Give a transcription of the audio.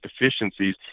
deficiencies